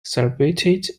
celebrated